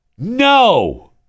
no